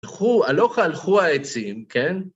הלוך הלכו העצים, כן?